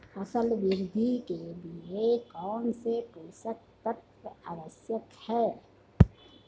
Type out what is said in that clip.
फसल वृद्धि के लिए कौनसे पोषक तत्व आवश्यक हैं?